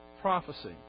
prophecy